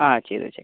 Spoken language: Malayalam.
ആ ചെയ്തോ ചെയ്തോ